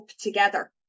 together